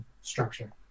structure